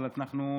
נקדם אותו.